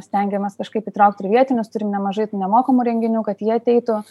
stengiamės kažkaip įtraukt ir vietinius turim nemažai tų nemokamų renginių kad jie ateitų